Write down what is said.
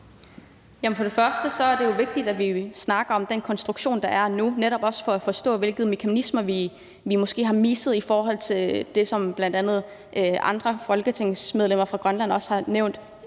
og fremmest er det jo vigtigt, at vi snakker om den konstruktion, der er nu, netop også for at forstå, hvilke mekanismer vi måske har misset i forhold til det, som bl.a. andre folketingsmedlemmer fra Grønland også har nævnt